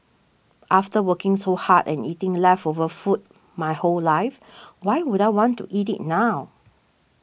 after working so hard and eating leftover food my whole life why would I want to eat it now